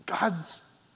God's